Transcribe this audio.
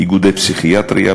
איגודי פסיכיאטריה,